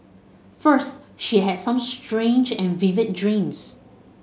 first she had some strange and vivid dreams